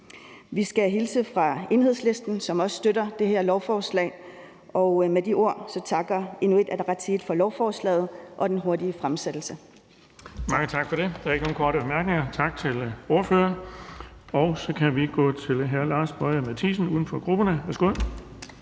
Vi skal hilse fra Enhedslisten, som også støtter det her lovforslag, og med de ord takker Inuit Ataqatigiit for lovforslaget og den hurtige fremsættelse.